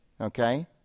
okay